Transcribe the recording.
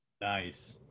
Nice